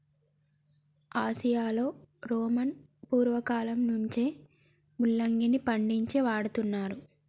ఆసియాలో రోమను పూర్వకాలంలో నుంచే ముల్లంగిని పండించి వాడుతున్నారు